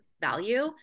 value